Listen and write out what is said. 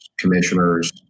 Commissioners